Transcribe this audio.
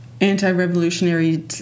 anti-revolutionary